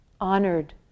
honored